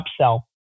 upsell